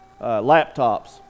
laptops